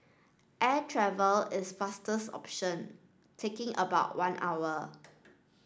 air travel is fastest option taking about one hour